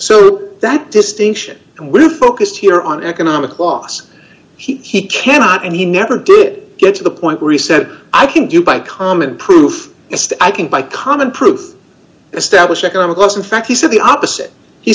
so that distinction and we're focused here on economic loss he cannot and he never did get to the point where he said i can do by common proof i can by common proof established economic laws in fact he said the opposite he